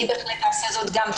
אני בהחלט אעשה זאת גם.